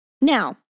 Now